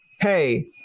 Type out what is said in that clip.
Hey